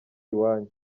iwanyu